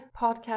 podcast